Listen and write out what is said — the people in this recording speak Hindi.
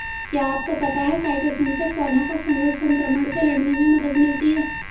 क्या आपको पता है काइटोसन से पौधों को फंगल संक्रमण से लड़ने में मदद मिलती है?